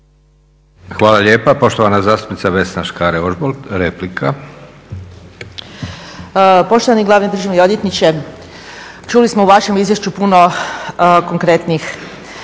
Hvala lijepa. Poštovana zastupnica Vesna Škare-Ožbolt, replika. **Škare Ožbolt, Vesna (DC)** Poštovani glavni državni odvjetniče, čuli smo u vašem izvješću puno konkretnih